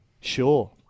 Sure